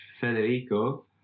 federico